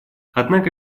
однако